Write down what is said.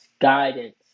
guidance